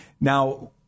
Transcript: Now